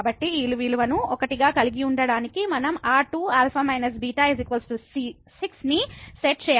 కాబట్టి ఈ విలువను 1 గా కలిగి ఉండటానికి మనం ఆ 2 α β 6 ని సెట్ చేయాలి